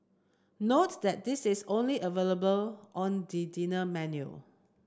note that this is only available on the dinner menu